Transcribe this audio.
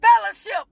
fellowship